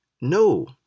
No